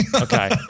okay